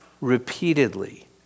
repeatedly